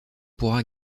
pourra